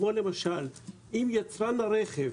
כמו למשל: אם יצרן הרכב,